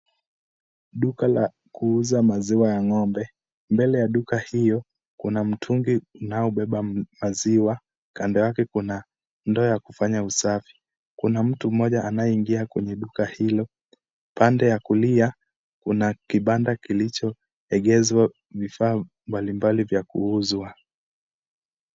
Duka la kuuza maziwa ya ng'ombe . Mbele ya duka hilo kuna mtungi unaobeba maziwa. Kando yake kuna ndoo ya kufanya usafi . Kuna mtu mmoja anayeingia kwenye duka hilo. Pande ya kulia kuna kibanda kilichoegezwa vifaa mbalimbali vya kuuzwa.